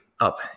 up